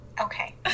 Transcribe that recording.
Okay